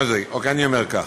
אוקיי, אני אומר כך.